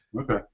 Okay